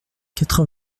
quatre